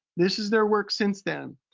this is their work since then.